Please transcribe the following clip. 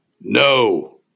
No